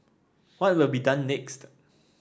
what will be done next